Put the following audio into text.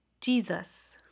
Jesus